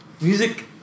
music